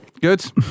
Good